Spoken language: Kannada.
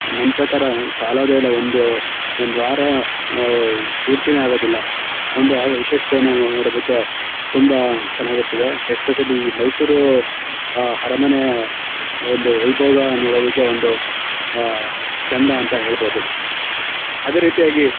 ನನ್ನ ಪ್ರಕಾರ ಸಾಲೋದೇ ಇಲ್ಲ ಒಂದು ಒಂದು ವಾರ ಪೂರ್ತಿಯೇ ಆಗೋದಿಲ್ಲ ಒಂದು ಆ ವಿಶೇಷತೆಯನ್ನು ನೋಡೋದಕ್ಕೆ ತುಂಬ ಚೆನ್ನಾಗಿರ್ತದೆ ಎಸ್ಪೆಷಲಿ ಈ ಮೈಸೂರು ಹರಮನೆಯ ಒಂದು ವೈಭೋಗ ನೋಡೋದಕ್ಕೆ ಒಂದು ಚೆಂದ ಅಂತ ಹೇಳ್ಬೋದು ಅದೇ ರೀತಿಯಾಗಿ